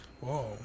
whoa